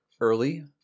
early